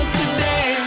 today